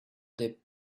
they